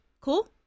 Cool